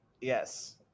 Yes